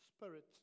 spirit